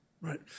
Right